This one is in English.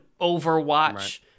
overwatch